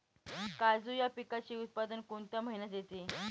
काजू या पिकाचे उत्पादन कोणत्या महिन्यात येते?